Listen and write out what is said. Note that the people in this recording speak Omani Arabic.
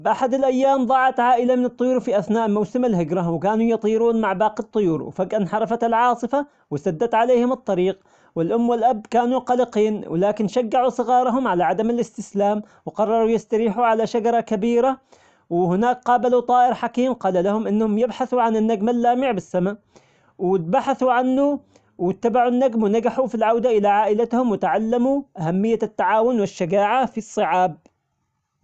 بأحد الأيام ضاعت عائلة من الطيور في أثناء موسم الهجرة وكانوا يطيرون مع باقي الطيور، وفجأة انحرفت العاصفة وسدت عليهم الطريق، والأم والأب كانوا قلقين ولكن شجعوا صغارهم على عدم الاستسلام، وقرروا يستريحوا على شجرة كبيرة، وهناك قابلوا طائر حكيم قال لهم أنهم يبحثوا عن النجم اللامع بالسما، وبحثوا عنه واتبعوا النجم ونجحوا في العودة الى عائلتهم وتعلموا أهمية التعاون والشجاعة في الصعاب.